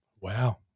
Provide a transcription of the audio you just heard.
Wow